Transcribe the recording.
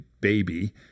baby